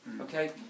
okay